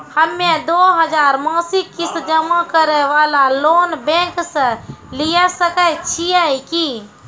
हम्मय दो हजार मासिक किस्त जमा करे वाला लोन बैंक से लिये सकय छियै की?